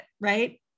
right